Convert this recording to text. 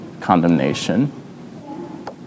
condemnation